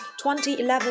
2011